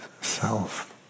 self